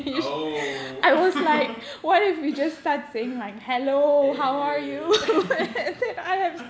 oh eh